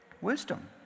wisdom